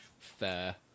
fair